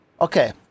okay